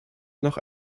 noch